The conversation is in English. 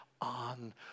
on